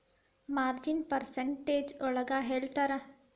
ಮಾರ್ಜಿನ್ನ percentage ಒಳಗ ಹೇಳ್ತರ